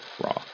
raw